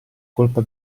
colpa